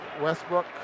Westbrook